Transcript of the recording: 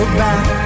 back